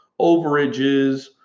overages